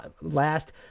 last